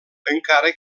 encara